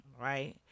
right